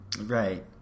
right